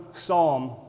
psalm